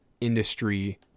industry